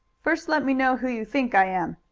first let me know who you think i am.